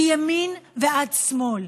מימין ועד שמאל,